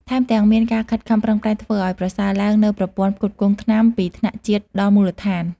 ថែមទាំងមានការខិតខំប្រឹងប្រែងធ្វើឱ្យប្រសើរឡើងនូវប្រព័ន្ធផ្គត់ផ្គង់ថ្នាំ ពីថ្នាក់ជាតិដល់មូលដ្ឋាន។